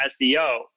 SEO